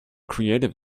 creative